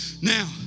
now